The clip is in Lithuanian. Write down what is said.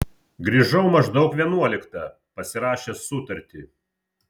grįžau maždaug vienuoliktą pasirašęs sutartį